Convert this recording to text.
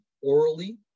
orally